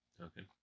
Okay